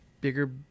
bigger